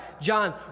John